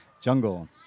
Jungle